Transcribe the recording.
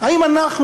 האם אנחנו,